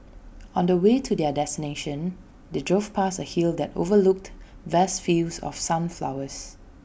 on the way to their destination they drove past A hill that overlooked vast fields of sunflowers